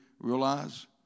Realize